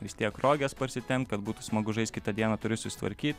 vis tiek roges parsitempt kad būtų smagu žaist kitą dieną turiu susitvarkyt